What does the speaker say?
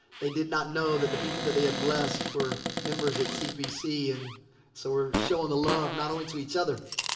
they did not know that the people that they had blessed were members at cbc and so we're showing the love not only to each other.